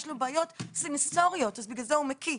יש לו בעיות סנסוריות, בגלל זה הוא מקיא.